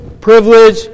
privilege